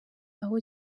aho